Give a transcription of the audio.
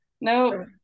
No